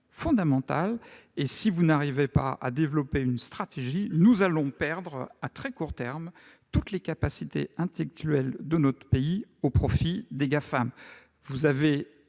fondamentale. Si vous ne parveniez pas à développer une telle stratégie, nous perdrions à très court terme toutes les capacités intellectuelles de notre pays au profit des Gafam. Vous avez